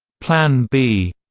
plan b,